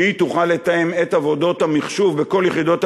שהיא תוכל לתאם את יחידות המחשוב בכל יחידות הממשלה,